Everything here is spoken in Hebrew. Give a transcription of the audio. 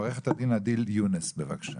עורכת הדין הדיל יונס, בבקשה.